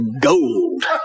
gold